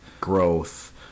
growth